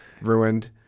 ruined